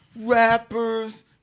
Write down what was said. rappers